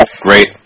great